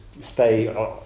stay